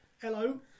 Hello